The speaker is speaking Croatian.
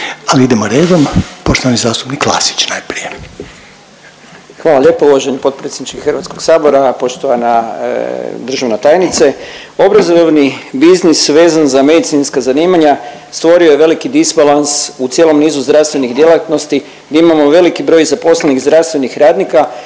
ali idemo radom. Poštovani zastupnik Klasić najprije. **Klasić, Darko (HSLS)** Hvala lijepo. Uvaženi potpredsjedniče HS-a, poštovana državna tajnice. Obrazovni biznis vezan za medicinska zanimanja stvorio je veliki disbalans u cijelom nizu zdravstvenih djelatnosti gdje imamo veliki broj zaposlenih zdravstvenih radnika